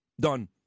Done